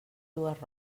dues